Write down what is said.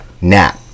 Nap